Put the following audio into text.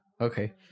okay